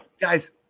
Guys